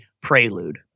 Prelude